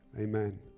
Amen